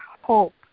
hope